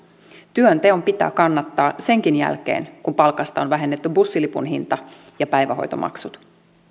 työnteon pitää kannattaa senkin jälkeen kun palkasta on vähennetty bussilipun hinta ja päivähoitomaksut